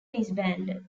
disbanded